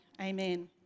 amen